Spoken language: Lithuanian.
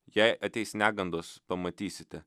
jei ateis negandos pamatysite